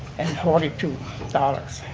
and forty two dollars.